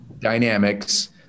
dynamics